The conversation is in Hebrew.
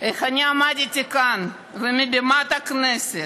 איך אני עמדתי כאן, מעל במת הכנסת,